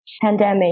pandemic